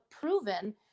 proven